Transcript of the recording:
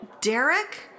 Derek